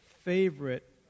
Favorite